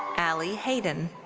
allie haydon.